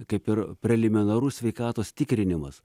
kaip ir preliminarus sveikatos tikrinimas